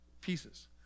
pieces